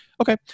Okay